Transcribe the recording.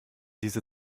diese